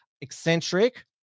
eccentric